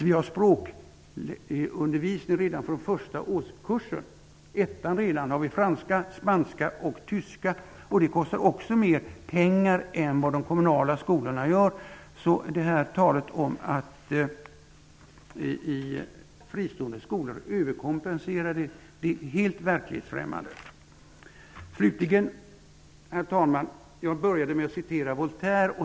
Vi har språkundervisning redan från första årskursen, i franska, spanska och tyska. Det kostar också mer pengar än vad undervisningen i de kommunala skolorna gör. Talet om att fristående skolor är överkompenserade är helt verklighetsfrämmande. Herr talman! Jag började med att citera Voltaire.